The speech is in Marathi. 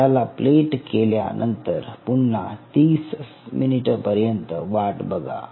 त्याला प्लेट केल्यानंतर पुन्हा 30 मिनिटं पर्यंत वाट बघा